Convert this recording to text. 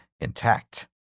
intact